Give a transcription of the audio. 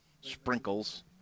sprinkles